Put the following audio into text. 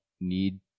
need